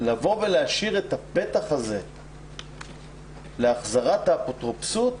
השארת הפתח הזה להחזרת האפוטרופסות